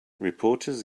reporters